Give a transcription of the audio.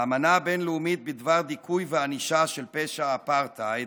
האמנה הבין-לאומית בדבר דיכוי וענישה של פשע האפרטהייד,